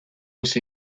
moss